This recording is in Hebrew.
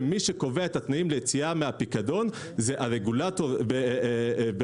ומי שקובע את התנאים ליציאה מהפיקדון זה הרגולטור בהכתבה,